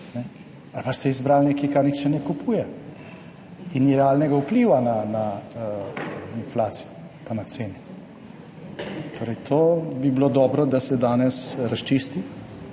ali pa ste izbrali nekaj, česar nihče ne kupuje in ni realnega vpliva na inflacijo pa na cene. To bi bilo dobro, da se danes razčisti.